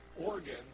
Oregon